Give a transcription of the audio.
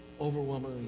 overwhelmingly